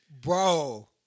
Bro